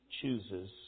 chooses